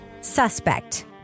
Suspect